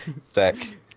sick